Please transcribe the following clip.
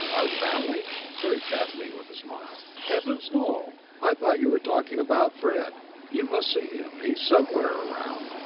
our family? queried kathleen with a smile. heavens, no! i thought you were talking about fred. you must see him, he's somewhere around.